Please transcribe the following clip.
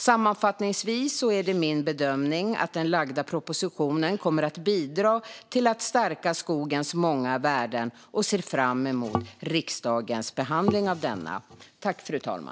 Sammanfattningsvis är det min bedömning att den framlagda propositionen kommer att bidra till att stärka skogens många värden, och jag ser fram emot riksdagens behandling av denna.